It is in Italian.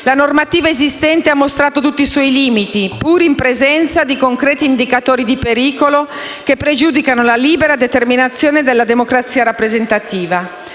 la normativa esistente ha mostrato tutti i suoi limiti, pur in presenza di concreti indicatori di pericolo, che pregiudicano la libera determinazione della democrazia rappresentativa.